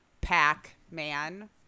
Pac-Man